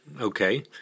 Okay